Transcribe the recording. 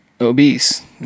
obese